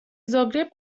زاگرب